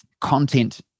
content